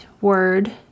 word